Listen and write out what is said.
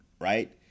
right